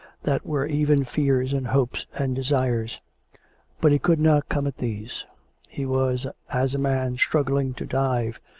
that were even fears and hopes and desires but he could not come at these he was as a man struggling to dive,